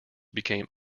became